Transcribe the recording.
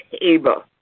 table